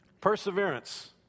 Perseverance